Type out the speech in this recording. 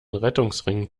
rettungsring